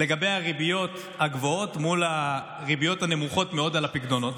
לגבי הריביות הגבוהות מול הריביות הנמוכות מאוד על הפיקדונות.